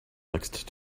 next